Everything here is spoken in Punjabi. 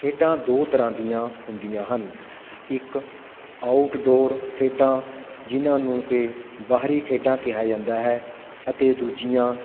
ਖੇਡਾਂ ਦੋ ਤਰ੍ਹਾਂ ਦੀਆਂ ਹੁੰਦੀਆਂ ਹਨ ਇੱਕ ਆਊਟਡੋਰ ਖੇਡਾਂ ਜਿਨ੍ਹਾਂ ਨੂੰ ਕਿ ਬਾਹਰੀ ਖੇਡਾਂ ਕਿਹਾ ਜਾਂਦਾ ਹੈ ਅਤੇ ਦੂਜੀਆਂ